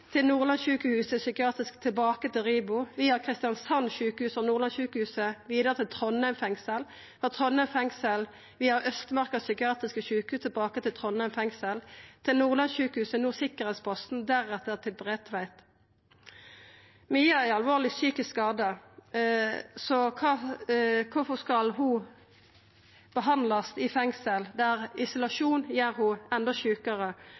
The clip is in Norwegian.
til Nordlandssjukehuset psykiatrisk, tilbake til RIBO via sjukehuset i Kristiansand og Nordlandssjukehuset, vidare til Trondheim fengsel, frå Trondheim fengsel via Østmarka psykiatriske sjukehus tilbake til Trondheim fengsel, til Nordlandssjukehuset, no sikkerheitsposten, og deretter til Bredtveit. Mia er alvorleg psykisk skada, så kvifor skal ho behandlast i fengsel, der isolasjon gjer ho enda sjukare?